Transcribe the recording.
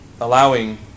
allowing